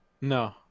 No